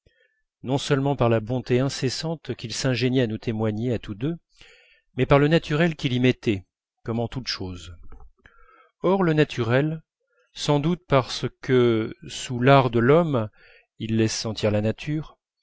non seulement par la bonté incessante qu'il s'ingéniait à nous témoigner à tous deux mais par le naturel qu'il y mettait comme en toutes choses or le naturel sans doute parce que sous l'art de l'homme il laisse sentir la nature